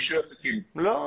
לא.